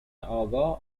آگاه